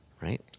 right